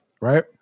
right